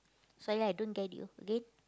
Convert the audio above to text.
sorry ah I don't get you again